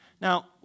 Now